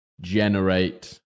generate